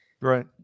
right